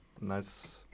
Nice